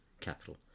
capital